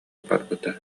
барбыта